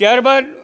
ત્યારબાદ